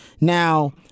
Now